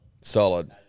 Solid